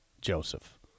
joseph